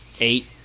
eight